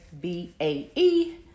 B-A-E